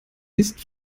ist